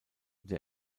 der